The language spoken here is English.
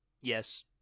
Yes